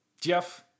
Jeff